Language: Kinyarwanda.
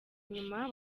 inyuma